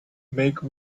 make